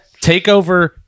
TakeOver